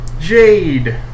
Jade